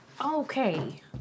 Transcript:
okay